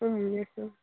ம் yes ma'am